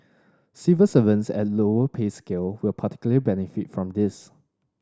civil servants at lower pay scale will particularly benefit from this